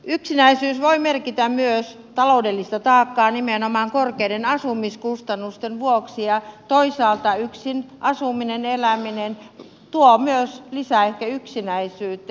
yksinäisyys voi merkitä myös taloudellista taakkaa nimenomaan korkeiden asumiskustannusten vuoksi ja toisaalta yksin asuminen eläminen tuo myös lisää ehkä yksinäisyyttä